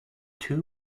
two